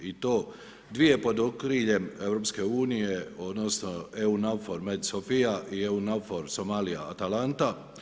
I to dvije pod okriljem EU odnosno EUNAVFOR MED SOPHIA i EUNAVFOR SOMALIJA ATALANTA.